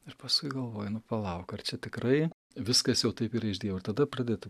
ir paskui galvoji nu palauk ar čia tikrai viskas jau taip yra iš dievo ir tada pradedi taip